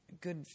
good